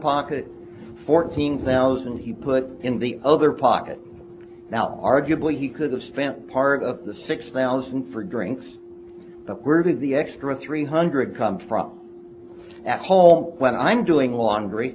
pocket fourteen thousand he put in the other pocket now arguably he could have spent part of the six thousand for drinks that were that the extra three hundred come from at home when i'm doing laundry